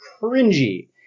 cringy